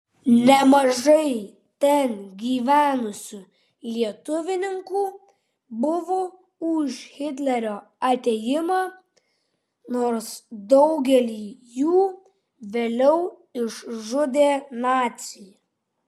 nemažai ten gyvenusių lietuvninkų buvo už hitlerio atėjimą nors daugelį jų vėliau išžudė naciai